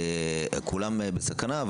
כולם בסכנה,